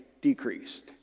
decreased